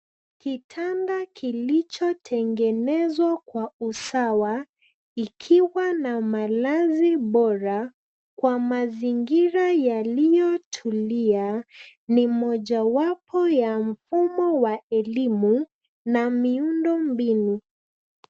Kitanda kilichotengezwa kwa usawa ,ikiwa na malazi bora ,kwa mazingira yaliyotulia, ni mojawapo ya mfumo wa elimu na miundombinu.